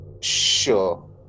sure